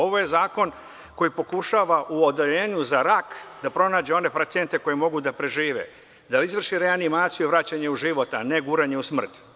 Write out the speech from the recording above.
Ovo je zakon koji pokušava u Odeljenju za rak da pronađu one pacijente koji mogu da prežive, da izvrši reanimaciju, vraćanje u život, a ne guranje u smrt.